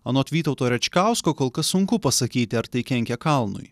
anot vytauto račkausko kol kas sunku pasakyti ar tai kenkia kalnui